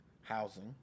housing